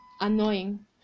annoying